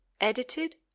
Edited